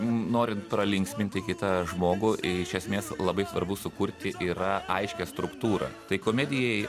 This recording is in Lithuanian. norint pralinksminti kitą žmogų iš esmės labai svarbu sukurti yra aiškią struktūrą tai komedijai